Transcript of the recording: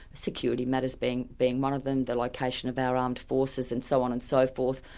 security matters being being one of them, the location of our armed forces and so on and so forth,